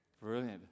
Brilliant